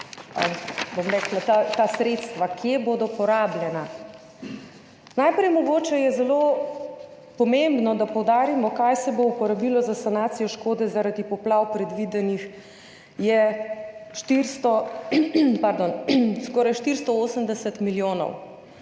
se nanašajo ta sredstva, kje bodo porabljena. Najprej je mogoče zelo pomembno, da poudarimo, kaj se bo uporabilo za sanacijo škode zaradi poplav. Predvidenih je skoraj 480 milijonov,